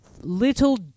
Little